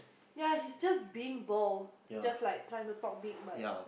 ya he's just being bold just like trying to talk big but